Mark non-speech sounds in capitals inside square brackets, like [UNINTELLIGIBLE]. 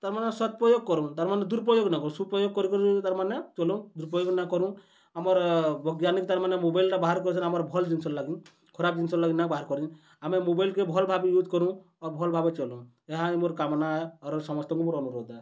ତା'ର ମାନେ [UNINTELLIGIBLE] କରୁ ତା'ର ମାନେ ଦୁରୁପଯୋଗ ନ କରୁ ସୁପ୍ରୟୋଗ କରି କରି ତା'ର ମାନେ ଚଲୁ ଦୁରୁପଯୋଗ ନ କରୁ ଆମର ବୈଜ୍ଞାନିକ ତା'ର ମାନେ ମୋବାଇଲଟା ବାହାର କରିଛନ୍ ଆମର ଭଲ ଜିନିଷ ଲାଗି ଖରାପ ଜିନିଷ ଲାଗିନା ବାହାର କରିଛି ଆମେ ମୋବାଇଲକେ ଭଲ ଭାବେ ୟୁଜ୍ କରୁ ଆଉ ଭଲ ଭାବେ ଚଲୁ ଏହା ହିଁ ମୋର କାମନା ସମସ୍ତଙ୍କୁ ମୋର ଅନୁରୋଧ